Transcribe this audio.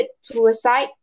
suicide